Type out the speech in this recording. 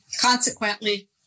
Consequently